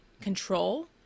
control